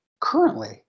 currently